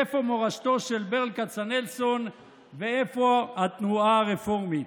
איפה מורשתו של ברל כצנלסון ואיפה התנועה הרפורמית?